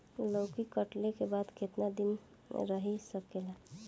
लौकी कटले के बाद केतना दिन रही सकेला?